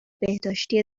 بهداشتی